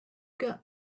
got